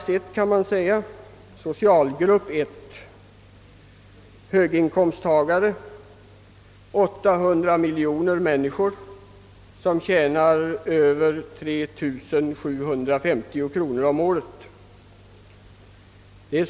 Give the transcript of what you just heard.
Socialgrupp 1, höginkomsttagare, omfattar ca 800 miljoner människor som tjänar över 3 750 kronor om året.